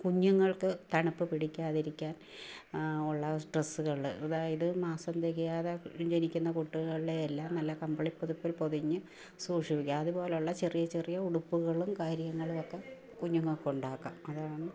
കുഞ്ഞുങ്ങൾക്ക് തണുപ്പ് പിടിക്കാതിരിക്കാൻ ഉള്ള ഡ്രെസ്സുകള് അതായത് മാസം തികയാതെ ജനിക്കുന്ന കുട്ടികളെയെല്ലാം നല്ല കമ്പിളിപ്പുതപ്പിൽ പൊതിഞ്ഞ് സൂക്ഷിക്കാം അതുപോലുള്ള ചെറിയചെറിയ ഉടുപ്പുകളും കാര്യങ്ങളുമൊക്കെ കുഞ്ഞുങ്ങൾക്ക് ഉണ്ടാക്കാം അതാണ്